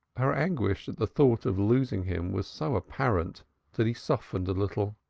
her anguish at the thought of losing him was so apparent that he softened a little.